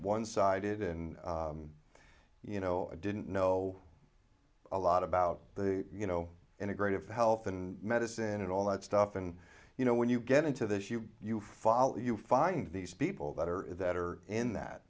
one sided in you know i didn't know a lot about the you know integrate of health and medicine and all that stuff and you know when you get into this you you fall you find these people that are that are in that